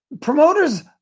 Promoters